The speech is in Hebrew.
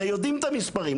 הרי יודעים את המספרים,